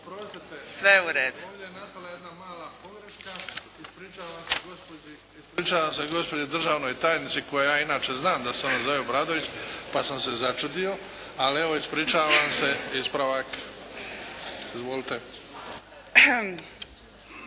Sve u redu.